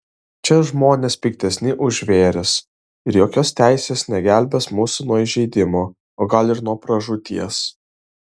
čia žmonės piktesni už žvėris ir jokios teisės negelbės mūsų nuo įžeidimo o gal ir nuo pražūties